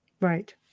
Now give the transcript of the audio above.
Right